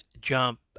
jump